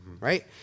Right